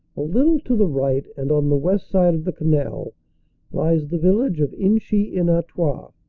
a little to the right and on the west side of the canal lies the village of inchy. en-artois,